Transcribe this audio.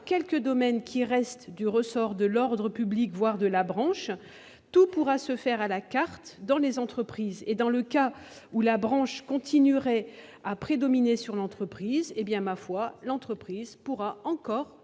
quelques domaines qui demeurent du ressort de l'ordre public, voire de la branche, tout pourra se faire à la carte dans les entreprises. Et dans le cas où la branche continuerait à prédominer sur l'entreprise, cette dernière pourra encore